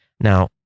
Now